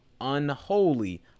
unholy